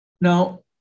Now